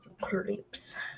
creeps